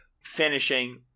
finishing